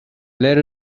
let